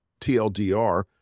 TLDR